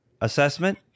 Assessment